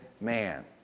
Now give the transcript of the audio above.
man